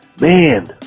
Man